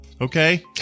Okay